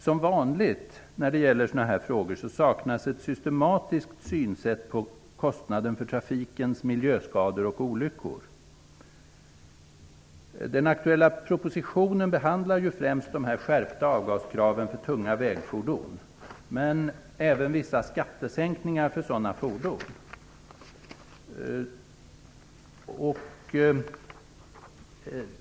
Som vanligt när det gäller sådana här frågor saknas ett systematiskt synsätt på kostnaden för trafikens miljöskador och olyckor. I den aktuella propositionen behandlas främst de skärpta avgaskraven för tunga vägfordon men även vissa skattesänkningar för sådana fordon.